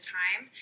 time